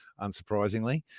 unsurprisingly